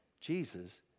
Jesus